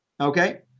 okay